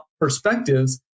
perspectives